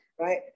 right